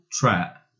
trap